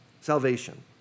salvation